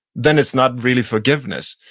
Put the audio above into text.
then it's not really forgiveness.